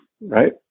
right